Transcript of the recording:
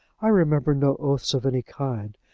i remember no oaths of any kind,